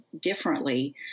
differently